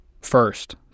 First